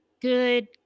good